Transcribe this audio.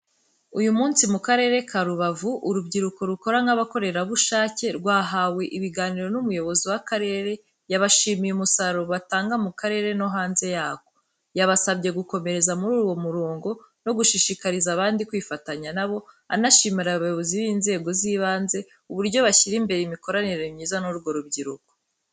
Uyu munsi, mu Karere ka Rubavu, urubyiruko rukora nk’abakorerabushake rwahawe ibiganiro n’Umuyobozi w'Akarere, yabashimiye umusaruro batanga mu karere no hanze yako. Yabasabye gukomereza muri uwo murongo no gushishikariza abandi kwifatanya na bo, anashimira abayobozi b’inzego zibanze, uburyo bashyira imbere imikoranire myiza n’urwo rubyiruko.